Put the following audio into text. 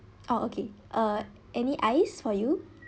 orh okay uh any ice for you